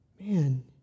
man